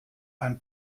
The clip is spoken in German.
ein